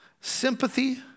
Sympathy